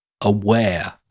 AWARE